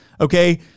okay